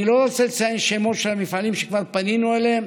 אני לא רוצה לציין את השמות של המפעלים שכבר פנינו אליהם,